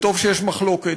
וטוב שיש מחלוקת,